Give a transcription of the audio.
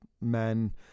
men